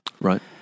right